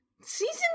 Season